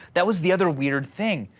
that was the other weird thing.